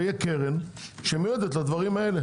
זה יהיה קרן שמיועדת לדברים האלה.